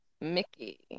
mickey